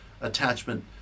attachment